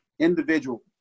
individual